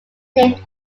named